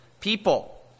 people